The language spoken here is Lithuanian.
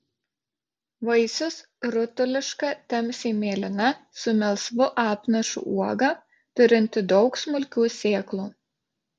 vaisius rutuliška tamsiai mėlyna su melsvu apnašu uoga turinti daug smulkių sėklų